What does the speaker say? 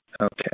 Okay